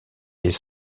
est